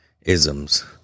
isms